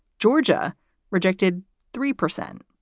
georgia rejected three percent.